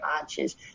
arches